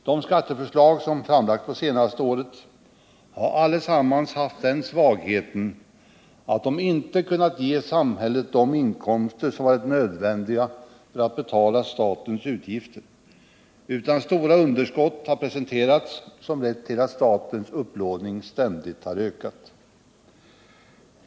De skatteförslag som har framlagts under det senaste året har alla haft den svagheten att de inte har kunnat ge samhället de inkomster som har varit nödvändiga för att betala statens utgifter, utan stora underskott har presenterats som har lett till att statens upplåning ständigt har ökat.